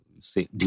say